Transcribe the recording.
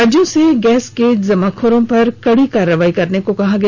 राज्यों से गैस के जमाखोरों पर कड़ी कार्रवाई करने को भी कहा गया